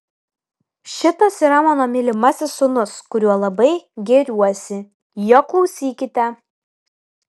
šitas yra mano mylimasis sūnus kuriuo labai gėriuosi jo klausykite